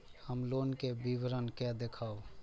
हम लोन के विवरण के देखब?